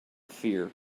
fear